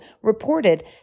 reported